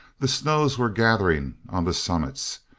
the snows were gathering on the summits.